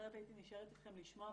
אחרת הייתי נשארת איתכם לשמוע,